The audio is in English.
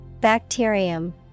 Bacterium